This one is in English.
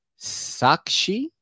sakshi